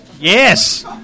yes